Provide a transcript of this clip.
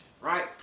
right